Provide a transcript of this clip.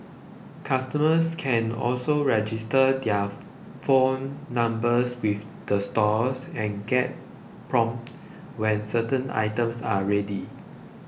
customers can also register their phone numbers with the stores and get prompted when certain items are ready